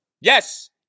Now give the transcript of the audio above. Yes